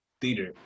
theater